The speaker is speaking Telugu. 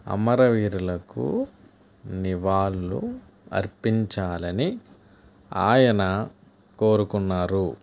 అమరవీరులకు నివాళులు అర్పించాలని ఆయన కోరుకున్నారు